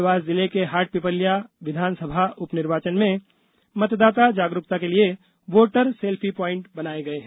देवास जिले के हाट पिपल्या विधानयसभा उपनिर्वाचन में मतदाता जागरूकता के लिए बोटर सेल्फी पावइंट बनाये गये हैं